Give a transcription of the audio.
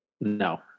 No